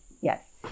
Yes